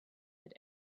had